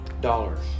dollars